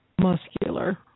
muscular